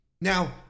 Now